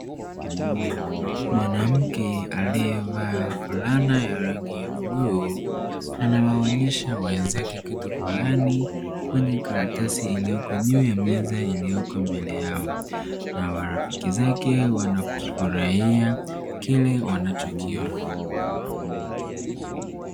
Mwanamke aliyevaa fulana ya rangi ya bluu anawaonyesha wenzake kitu fulani kwenye karatasi iliyoko juu ya meza iliyoko mbele yao, na marafiki zake wanakifurahia kile wanachokiona.